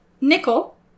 nickel